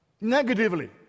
Negatively